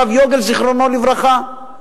הרב יגל זיכרונו לברכה,